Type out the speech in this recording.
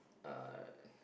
uh